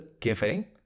giving